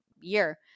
year